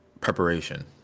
preparation